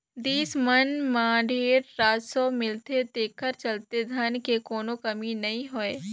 देस मन मं ढेरे राजस्व मिलथे तेखरे चलते धन के कोनो कमी नइ होय